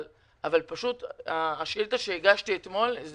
אבל הכותרת של השאילתה שהגשתי אתמול היא